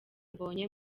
mbonyi